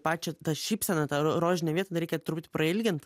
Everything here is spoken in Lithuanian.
pačią tą šypseną tą rožinę vietą dar reikia truputį prailgint